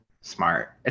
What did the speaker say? smart